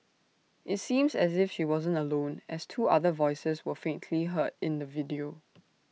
IT seems as if she wasn't alone as two other voices were faintly heard in the video